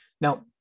Now